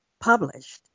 published